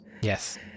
Yes